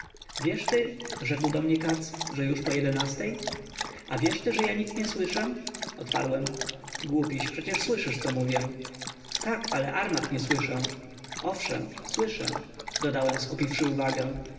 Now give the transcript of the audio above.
wiesz ty rzekł do mnie katz że już po jedenastej a wiesz ty że ja nic nie słyszę odparłem głupiś przecież słyszysz co mówię tak ale armat nie słyszę owszem słyszę dodałem skupiwszy uwagę